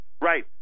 Right